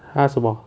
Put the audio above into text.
!huh! 什么